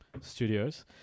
Studios